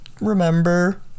remember